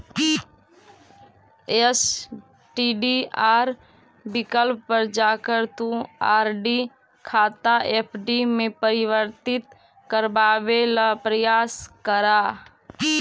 STDR विकल्प पर जाकर तुम आर.डी खाता एफ.डी में परिवर्तित करवावे ला प्रायस करा